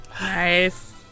Nice